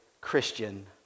Christian